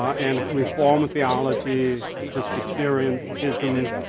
and reform theology, presbyteriantism.